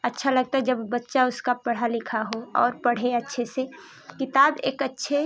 अच्छा लगता है जब बच्चा उसका पढ़ा लिखा हो और पढ़े अच्छे से किताब एक अच्छे